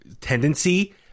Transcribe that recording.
tendency